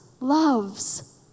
loves